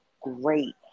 great